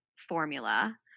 formula